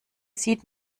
sieht